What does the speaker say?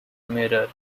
mirror